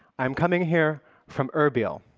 i'm coming here from erbil,